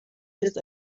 ist